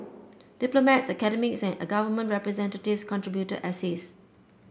diplomats academics and government representatives contributed essays